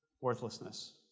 worthlessness